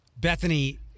Bethany